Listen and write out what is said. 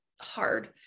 hard